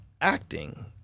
acting